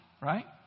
right